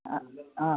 അ ആ